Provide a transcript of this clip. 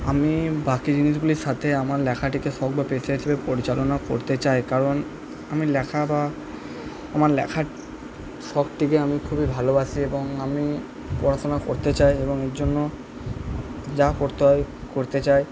আমি বাকি জিনিসগুলির সাথে আমার লেখাটিকে সর্বপেশা হিসেবে পরিচালনা করতে চাই কারণ আমি লেখা বা আমার লেখার সবথেকে আমি খুবই ভালোবাসি এবং আমি পড়াশোনা করতে চাই এবং এর জন্য যা করতে হয় করতে চাই